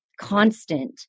constant